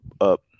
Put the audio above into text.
up